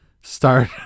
start